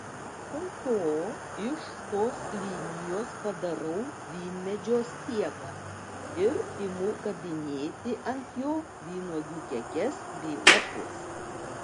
po to iš tos linijos padarau vynmedžio stiebą ir imu kabinėti ant jo vynuogių kekes bei lapus